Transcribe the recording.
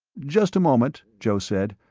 just a moment, joe said.